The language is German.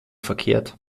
verkehrt